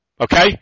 Okay